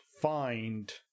find